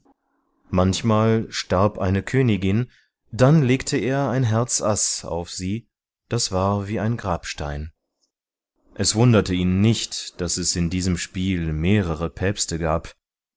manchmal starb eine königin dann legte er ein herz aß auf sie das war wie ein grabstein es wunderte ihn nicht daß es in diesem spiel mehrere päpste gab